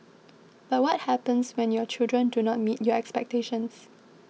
but what happens when your children do not meet your expectations